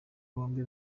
bombi